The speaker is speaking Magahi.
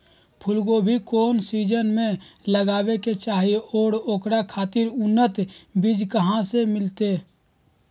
फूलगोभी कौन सीजन में लगावे के चाही और ओकरा खातिर उन्नत बिज कहा से मिलते?